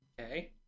Okay